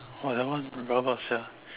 !wah! that one rabak sia